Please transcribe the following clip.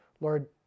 Lord